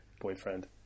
boyfriend